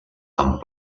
amb